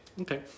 okay